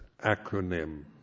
acronym